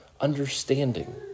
understanding